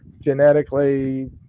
genetically